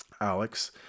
Alex